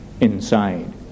inside